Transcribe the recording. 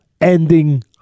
ending